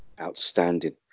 Outstanding